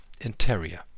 interior